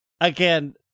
Again